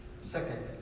Second